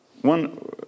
One